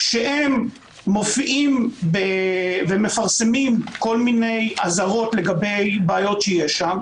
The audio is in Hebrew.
-- כשהם מופיעים ומפרסמים כל מיני אזהרות לגבי בעיות שיש שם,